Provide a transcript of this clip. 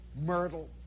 Myrtle